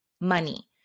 money